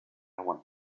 want